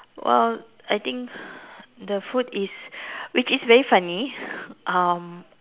well I think the food is which is very funny um